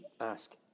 ask